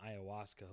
ayahuasca